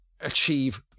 achieve